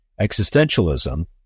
Existentialism